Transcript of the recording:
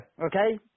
Okay